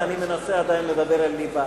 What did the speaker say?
ואני מנסה עדיין לדבר על לבה,